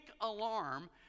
alarm